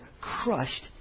crushed